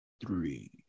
three